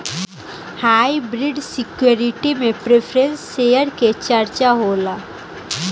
hybrid security में preference share के चर्चा होला